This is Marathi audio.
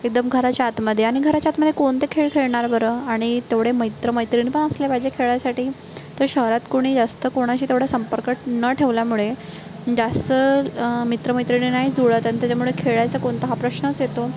एकदम घराच्या आतमध्ये आणि घराच्या आतमध्ये कोणते खेळ खेळणार बरं आणि तेवढे मित्रमैत्रीण पण असले पाहिजे खेळासाठी तर शहरात कोणी जास्त कोणाशी तेवढा संपर्क न ठेवल्यामुळे जास्त मित्रमैत्रिणी नाही जुळत आणि त्याच्यामुळे खेळायचा कोणता हा प्रश्नच येतो